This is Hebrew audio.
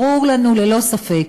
ברור לנו ללא ספק,